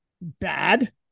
bad